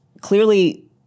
clearly